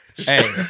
Hey